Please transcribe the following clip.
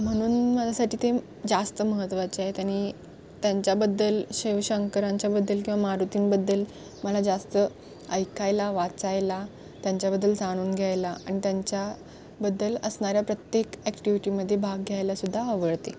म्हणून माझ्यासाठी ते जास्त महत्त्वाचे आहेत आणि त्यांच्याबद्दल शिवशंकरांच्याबद्दल किंवा मारुतींबद्दल मला जास्त ऐकायला वाचायला त्यांच्याबद्दल जाणून घ्यायला आणि त्यांच्याबद्दल असणाऱ्या प्रत्येक ॲक्टिविटीमध्ये भाग घ्यायलासुद्धा आवडते